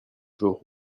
jours